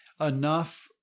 enough